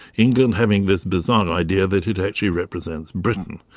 england having this bizarre idea that it actually represented britain,